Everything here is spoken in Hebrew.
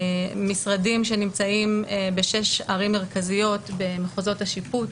משרדים שנמצאים בשש ערים מרכזיות במחוזות השיפוט.